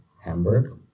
Hamburg